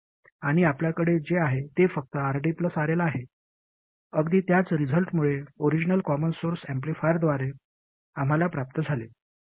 आणि आपल्याकडे जे आहे ते फक्त RD RL आहे अगदी त्याच रिझल्टमुळे ओरिजिनल कॉमन सोर्स ऍम्प्लिफायरद्वारे आम्हाला प्राप्त झाले